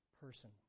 person